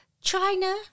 China